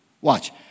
Watch